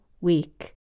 week